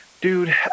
Dude